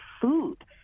food